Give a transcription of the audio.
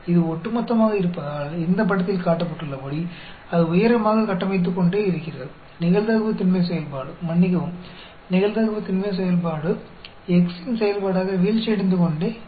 இது ஒட்டுமொத்தமாக இருப்பதால் இந்த படத்தில் காட்டப்பட்டுள்ளபடி அது உயரமாக கட்டமைத்துக்கொண்டே இருக்கிறது நிகழ்தகவு திண்மை செயல்பாடு மன்னிக்கவும் நிகழ்தகவு திண்மை செயல்பாடு x இன் செயல்பாடாக வீழ்ச்சியடைந்துகொண்டே இருக்கிறது